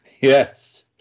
Yes